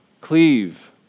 Cleave